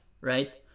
right